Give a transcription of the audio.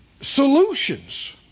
solutions